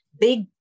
big